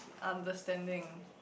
understanding